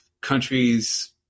countries